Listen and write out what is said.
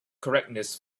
correctness